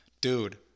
Dude